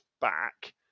back